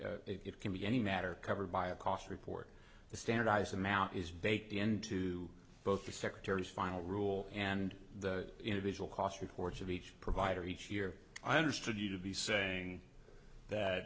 it can be any matter covered by a cost report the standardized amount is baked into both the secretary's final rule and the individual cost reports of each provider each year i understood you to be saying that